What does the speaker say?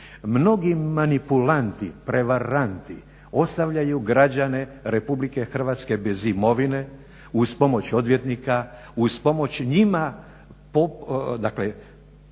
mnogi manipulanti, prevaranti ostavljaju građane RH bez imovine uz pomoć odvjetnika, dakle